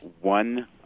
one